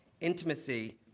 intimacy